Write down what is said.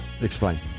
Explain